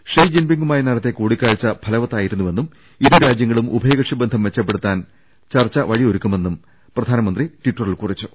she ജിൻപിങ്ങുമായി നടത്തിയ കൂടിക്കാഴ്ച്ച ഫലവത്തായിരുന്നു വെന്നും ഇരു രാജ്യങ്ങളും ഉഭയകക്ഷി ബന്ധം മെച്ചപ്പെടുത്താൻ ചർച്ച വഴിയൊരുക്കുമെന്നും പ്രധാനമന്ത്രി ടിറ്ററിൽ കുറിച്ചു